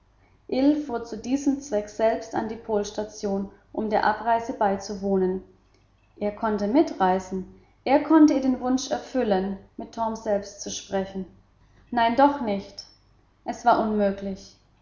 fuhr zu diesem zweck selbst an die polstation um der abreise beizuwohnen er konnte mitreisen er konnte ihr den wunsch erfüllen mit torm selbst zu sprechen nein doch nein es war unmöglich